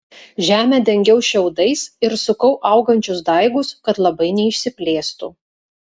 žemę dengiau šiaudais ir sukau augančius daigus kad labai neišsiplėstų